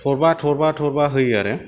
थरबा थरबा थरबा होयो आरो